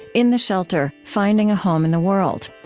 in the shelter finding a home in the world.